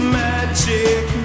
magic